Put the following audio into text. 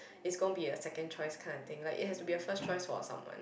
it's gonna be a second choice kind of thing like it has to be a first choice for someone